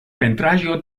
pentraĵo